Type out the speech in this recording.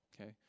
Okay